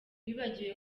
bibagiwe